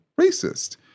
racist